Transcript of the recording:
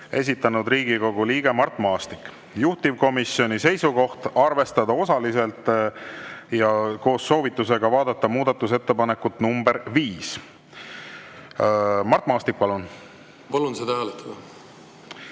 esitanud Riigikogu liige Mart Maastik. Juhtivkomisjoni seisukoht on arvestada osaliselt koos soovitusega vaadata muudatusettepanekut nr 5. Mart Maastik, palun! Aitäh!